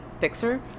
Pixar